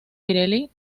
pirelli